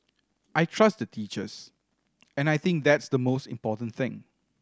I trust the teachers and I think that's the most important thing